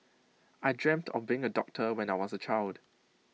I dreamt of being A doctor when I was A child